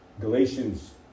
Galatians